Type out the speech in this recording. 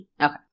Okay